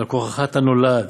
ועל כורחך אתה נולד,